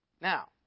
Now